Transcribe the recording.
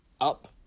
up